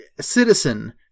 citizen